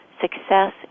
success